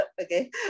Okay